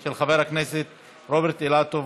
של חברי הכנסת רוברט אילטוב,